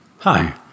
Hi